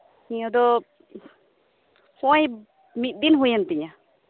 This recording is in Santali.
ᱱᱤᱭᱟᱹ ᱫᱚ ᱱᱚᱜ ᱚᱭ ᱢᱤᱫᱫᱤᱱ ᱦᱩᱭ ᱮᱱ ᱛᱤᱧᱟ